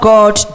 God